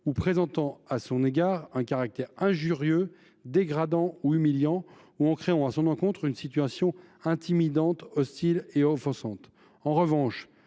ou présentant à son égard un caractère injurieux, dégradant ou humiliant, ou créant à son encontre une situation intimidante, hostile ou offensante.